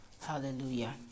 Hallelujah